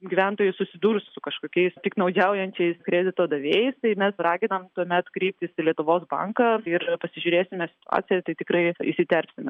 gyventojai susidurs su kažkokiais piktnaudžiaujančiais kredito davėjais tai mes raginam tuomet kreiptis į lietuvos banką ir pasižiūrėsime situaciją tai tikrai įsiterpsime